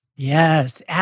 Yes